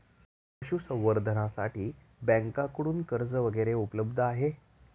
पशुसंवर्धनासाठी बँकांकडून कर्ज वगैरेही उपलब्ध आहे